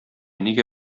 нигә